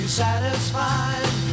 satisfied